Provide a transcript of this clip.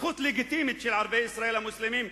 זכות לגיטימית של ערביי ישראל המוסלמים,